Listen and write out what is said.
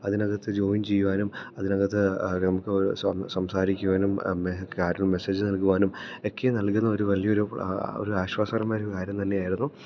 അതിനകത്ത് ജോയിൻ ചെയ്യുവാനും അതിനകത്ത് നമുക്ക് സംസാരിക്കുവാനും മെസ്സേജ് നൽകുവാനും ഒക്കെ നൽകുന്ന ഒരു വലിയൊരു ഒരു ആശ്വാസകരമായ ഒരു കാര്യം തന്നെയായിരുന്നു